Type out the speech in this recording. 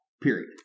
Period